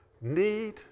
need